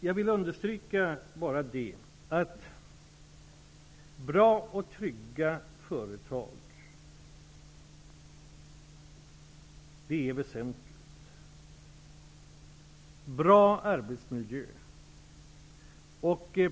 Jag vill bara understryka att det är väsentligt med bra och trygga företag som har en bra arbetsmiljö.